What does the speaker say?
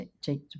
take